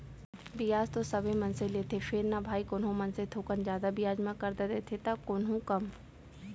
बियाज तो सबे मनसे लेथें फेर न भाई कोनो मनसे थोकन जादा बियाज म करजा देथे त कोहूँ कम